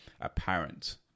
apparent